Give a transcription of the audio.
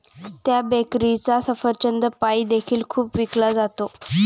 त्या बेकरीचा सफरचंद पाई देखील खूप विकला जातो